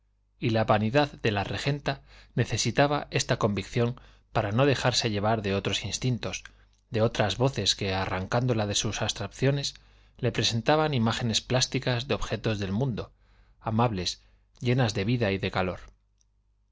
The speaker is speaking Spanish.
y la vanidad de la regenta necesitaba esta convicción para no dejarse llevar de otros instintos de otras voces que arrancándola de sus abstracciones le presentaban imágenes plásticas de objetos del mundo amables llenas de vida y de calor